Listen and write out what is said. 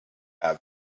have